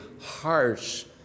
harsh